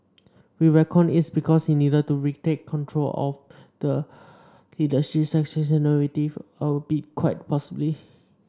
we reckon it's because he needed to retake control of the leadership succession narrative a bit quite possibly